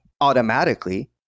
automatically